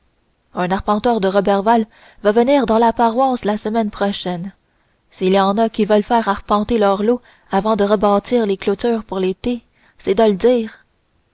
un arpenteur de roberval va venir dans la paroisse la semaine prochaine s'il y en a qui veulent faire arpenter leurs lots avant de rebâtir les clôtures pour l'été c'est de le dire